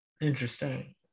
Interesting